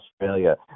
Australia